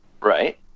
right